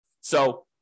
So-